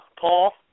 Paul